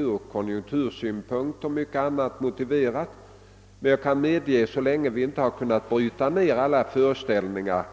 Ur konjunktursynpunkt och av andra skäl är detta motiverat, men jag kan medge att så länge vi inte kunnat bryta ned alla traditionella föreställningar